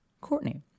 Courtney